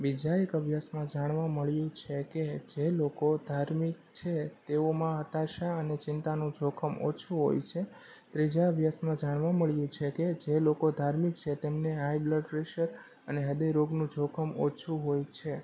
બીજા એક અભ્યાસમાં જાણવા મળ્યું છે કે જે લોકો ધાર્મિક છે તેઓમાં હતાશા અને ચિંતાનું જોખમ ઓછું હોય છે ત્રીજા અભ્યાસમાં જાણવા મળ્યું છે કે જે લોકો ધાર્મિક છે તેમને હાઇ બ્લડ પ્રેશર અને હ્રદય રોગનું જોખમ ઓછું હોય છે